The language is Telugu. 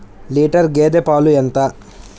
లీటర్ గేదె పాలు ఎంత?